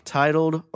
titled